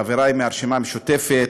חברי מהרשימה המשותפת,